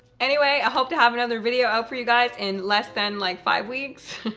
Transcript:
anyway, i hope to have another video out for you guys in less than like five weeks.